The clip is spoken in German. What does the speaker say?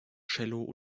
cello